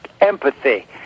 empathy